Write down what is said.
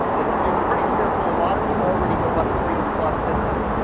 it's it's pretty simple. a lot of you already know about the freedom plus system.